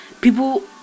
people